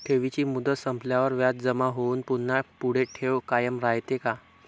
ठेवीची मुदत संपल्यावर व्याज जमा होऊन पुन्हा पुढे ठेव कायम राहते का?